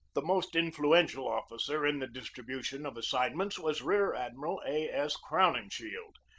the most influential officer in the distribution of assignments was rear-admiral a. s. crowninshield,